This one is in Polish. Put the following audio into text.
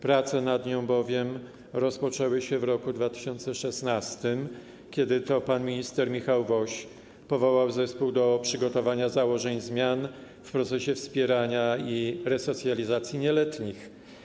Prace nad nią bowiem rozpoczęły się w roku 2016, kiedy to pan minister Michał Woś powołał zespół do przygotowania założeń zmian w procesie wspierania i resocjalizacji nieletnich.